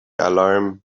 alarm